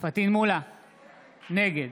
נגד